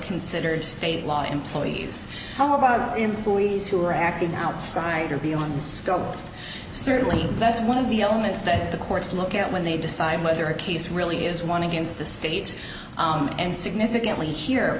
considered state law employees how about employees who are acting outside or beyond the scope of certainly that's one of the elements that the courts look at when they decide whether a case really is one against the state and significantly here